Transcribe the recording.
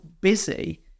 busy